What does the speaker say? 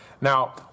Now